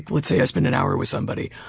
let's say i spend an hour with somebody,